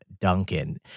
Duncan